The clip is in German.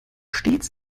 stets